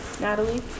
Natalie